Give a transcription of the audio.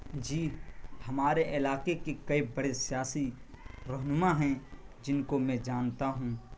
جی ہمارے علاقے کے کئی بڑے سیاسی رہنما ہیں جن کو میں جانتا ہوں